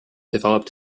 developed